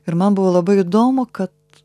ir man buvo labai įdomu kad